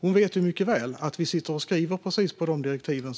Hon vet mycket väl att vi sitter och skriver på precis de direktiven.